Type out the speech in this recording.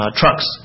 trucks